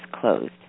closed